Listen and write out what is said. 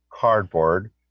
cardboard